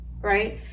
right